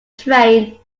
train